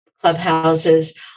clubhouses